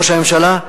ראש הממשלה,